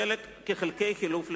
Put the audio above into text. כחלקי חילוף לרכב.